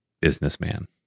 businessman